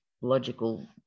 logical